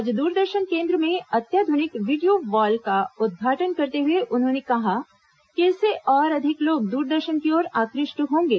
आज दूरदर्शन केन्द्र में अत्याधुनिक वीडियो वॉल का उद्घाटन करते हुए उन्होंने कहा कि इससे और अधिक लोग दूरदर्शन की ओर आकृष्ट होंगे